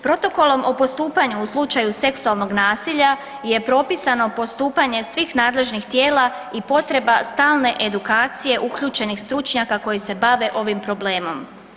Protokolom o postupanju u slučaju seksualnog nasilja je propisano postupanje svih nadležnih tijela i potreba stalne edukacije uključenih stručnjaka koji se bave ovim problemom.